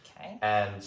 okay